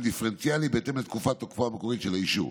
דיפרנציאלי בהתאם לתקופת תוקפו המקורית של האישור: